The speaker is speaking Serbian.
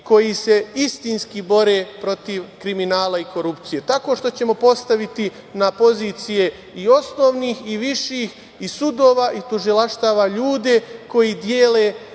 koji se istinski bore protiv kriminala i korupcije, a tako što ćemo postaviti na pozicije i osnovnih i viših i sudova i tužilaštava ljude koji dele